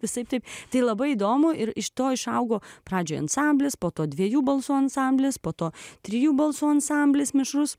visaip taip tai labai įdomu ir iš to išaugo pradžioje ansamblis po to dviejų balsų ansamblis po to trijų balsų ansamblis mišrus